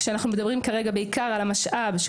כאשר אנחנו מדברים כרגע בעיקר על המשאב של